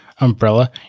umbrella